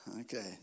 Okay